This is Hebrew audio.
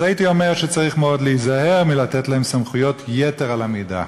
אז הייתי אומר שצריך מאוד להיזהר מלתת להם סמכויות יתר על המידה,